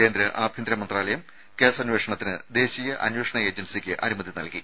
കേന്ദ്ര ആഭ്യന്തര മന്ത്രാലയം കേസന്വേഷണത്തിന് ദേശീയ അന്വേഷണ ഏജൻസിയ്ക്ക് അനുമതി നൽകി